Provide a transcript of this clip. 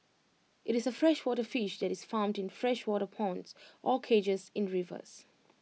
IT is A freshwater fish that is farmed in freshwater ponds or cages in rivers